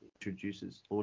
introduces